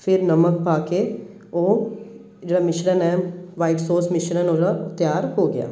ਫਿਰ ਨਮਕ ਪਾ ਕੇ ਉਹ ਜਿਹੜਾ ਮਿਸ਼ਰਨ ਹੈ ਵਾਈਟ ਸੋਸ ਮਿਸ਼ਰਨ ਉਹ ਜਿਹੜਾ ਤਿਆਰ ਹੋ ਗਿਆ